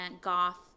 goth